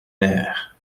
lair